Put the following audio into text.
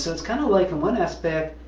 so it's kind of like on one aspect,